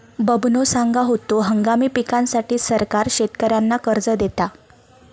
बबनो सांगा होतो, हंगामी पिकांसाठी सरकार शेतकऱ्यांना कर्ज देता